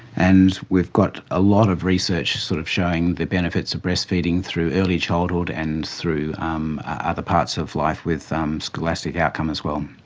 and we've got a lot of research sort of showing the benefits of breastfeeding through early childhood and through um other parts of life with um scholastic outcome as well.